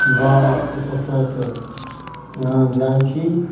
बाबा कुसेश्वरके इहाँ जाइ छी